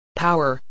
Power